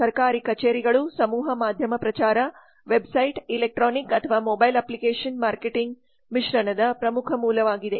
ಸರ್ಕಾರಿ ಕಚೇರಿಗಳು ಸಮೂಹ ಮಾಧ್ಯಮ ಪ್ರಚಾರ ವೆಬ್ಸೈಟ್ಗಳು ಎಲೆಕ್ಟ್ರಾನಿಕ್ ಅಥವಾ ಮೊಬೈಲ್ ಅಪ್ಲಿಕೇಶನ್ಗಳು ಮಾರ್ಕೆಟಿಂಗ್ ಮಿಶ್ರಣದ ಪ್ರಮುಖ ಮೂಲವಾಗಿದೆ